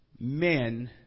men